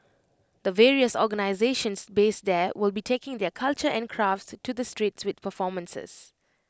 the various organisations based there will be taking their culture and crafts to the streets with performances